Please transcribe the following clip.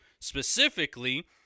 specifically